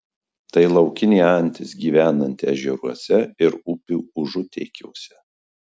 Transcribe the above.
tai laukinė antis gyvenanti ežeruose ir upių užutėkiuose